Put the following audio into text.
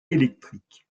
électriques